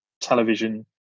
television